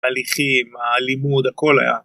הליכים, הלימוד, הכל היה.